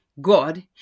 God